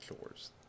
chores